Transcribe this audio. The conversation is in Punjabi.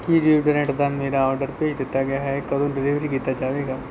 ਕੀ ਡੀਓਡਰੈਂਟ ਦਾ ਮੇਰਾ ਆਰਡਰ ਭੇਜ ਦਿੱਤਾ ਗਿਆ ਹੈ ਇਹ ਕਦੋਂ ਡਿਲੀਵਰ ਕੀਤਾ ਜਾਵੇਗਾ